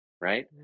right